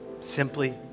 simply